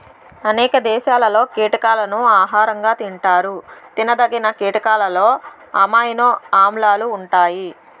అనేక దేశాలలో కీటకాలను ఆహారంగా తింటారు తినదగిన కీటకాలలో అమైనో ఆమ్లాలు ఉంటాయి